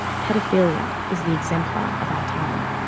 paedophilia is the exemplar of our time.